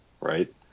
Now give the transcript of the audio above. right